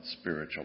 spiritual